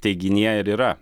teiginyje ir yra